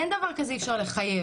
אין דבר כזה שאי אפשר לחייב.